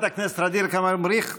ש-95% מהלומדים בהן הם